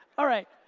alright,